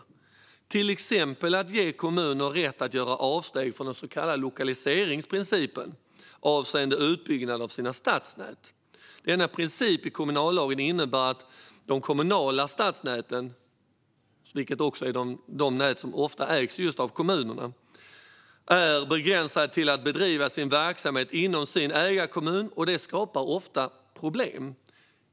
Det kan till exempel vara att ge kommuner rätt att göra avsteg från den så kallade lokaliseringsprincipen avseende utbyggnad av stadsnät. Denna princip i kommunallagen innebär att de kommunala stadsnäten, de nät som ofta ägs av kommunerna, är begränsade till att bedriva sin verksamhet inom sin ägarkommun. Det skapar ofta problem.